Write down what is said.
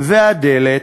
ואת הדלת,